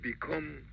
become